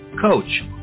coach